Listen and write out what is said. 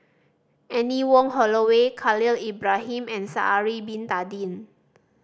Anne Wong Holloway Khalil Ibrahim and Sha'ari Bin Tadin